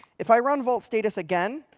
if i run vault status again,